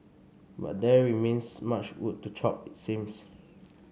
but there remains much wood to chop it seems